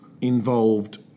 involved